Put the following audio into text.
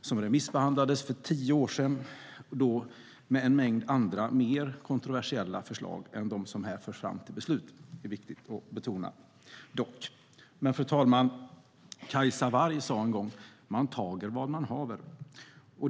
Rapporten remissbehandlades för tio år sedan, och då fanns en mängd andra mer kontroversiella förslag än de som här förs fram till beslut. Det är viktigt att betona. Fru talman! Cajsa Warg sa en gång att man tager vad man haver.